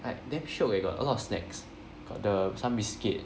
like damn shiok leh got a lot of snacks got the some biscuit